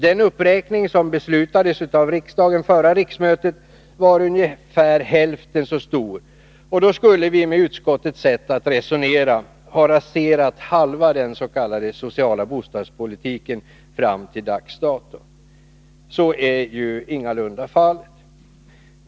Den uppräkning som beslutades av riksdagen förra riksmötet var ungefär hälften så stor, och då skulle vi med utskottets sätt att resonera ha raserat halva den s.k. sociala bostadspolitiken fram till dags dato. Så är ju ingalunda fallet.